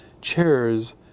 Chairs